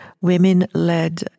women-led